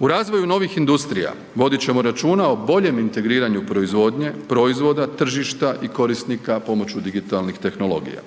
U razvoju novih industrija vodit ćemo računa o boljem integriranju proizvodnje, proizvoda, tržišta i korisnika pomoću digitalnih tehnologija.